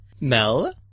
Mel